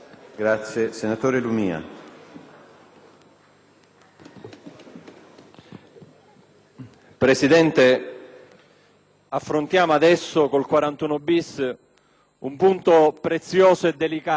Presidente, affrontiamo adesso con il 41-*bis* un punto prezioso e delicato della lotta alle mafie.